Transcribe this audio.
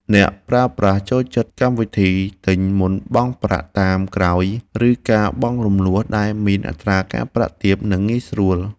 អ្នកប្រើប្រាស់ចូលចិត្តកម្មវិធីទិញមុនបង់ប្រាក់តាមក្រោយ ឬការបង់រំលស់ដែលមានអត្រាការប្រាក់ទាប និងងាយស្រួល។